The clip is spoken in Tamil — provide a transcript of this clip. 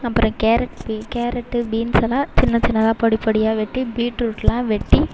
அப்புறம் கேரட் கேரட்டு பீன்ஸல்லாம் சின்ன சின்னதாக பொடி பொடியாக வெட்டி பீட்ரூட்லாம் வெட்டி